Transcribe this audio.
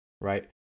right